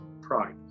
Pride